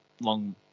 long